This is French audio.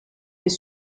les